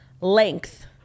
Length